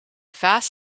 vaas